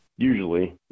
Usually